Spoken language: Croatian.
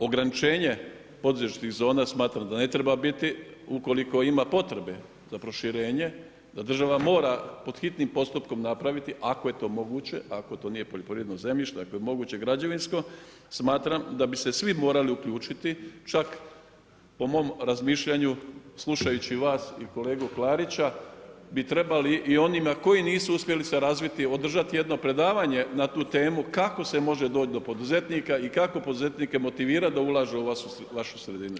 Ograničenje poduzetničkih zona smatramo da ne treba biti ukoliko ima potrebe za proširenje, da država mora pod hitnom postupkom napraviti ako je to moguće, ako to nije poljoprivredno zemljište, ako je moguće građevinsko, smatram da bi se svi morali uključiti, čak po mom razmišljanju slušajući vas i kolegu Klarića bi trebali i onima koji nisu uspjeli se razviti održati jedno predavanje na tu temu kako se može doći do poduzetnika i kako poduzetnike motivirati da ulažu u ovu vašu sredinu.